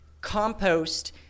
compost